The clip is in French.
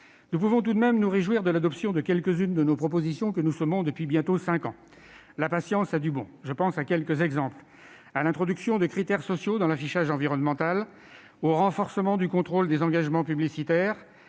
Nous pouvons tout de même nous réjouir de l'adoption de quelques-unes des propositions que nous semons depuis bientôt cinq ans- la patience a du bon. Je pense à l'introduction de critères sociaux dans l'affichage environnemental, au renforcement du contrôle des engagements des publicitaires